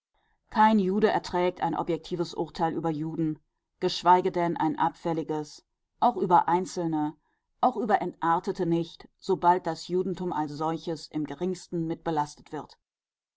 kein jude erträgt ein objektives urteil über juden geschweige denn ein abfälliges auch über einzelne auch über entartete nicht sobald das judentum als solches im geringsten mitbelastet wird